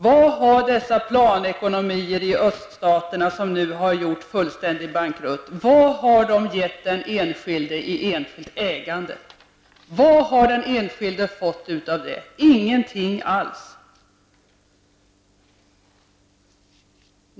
Vad har dessa planekonomier i öststaterna, som nu gjort fullständig bankrutt, gett av enskilt ägande? Vad har de enskilda fått ut? Ingenting alls!